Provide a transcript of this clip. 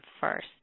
first